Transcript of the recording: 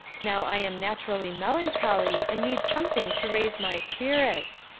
now i am naturally melancholy, and need something to raise my spirits.